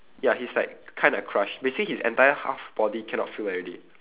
ya he's like kinda crushed basically his entire half body cannot feel already